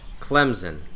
Clemson